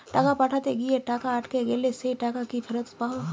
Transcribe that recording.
টাকা পাঠাতে গিয়ে টাকা আটকে গেলে সেই টাকা কি ফেরত হবে?